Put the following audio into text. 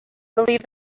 believe